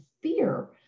fear